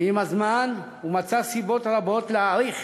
ועם הזמן הוא מצא סיבות רבות להעריך